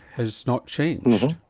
has not changed.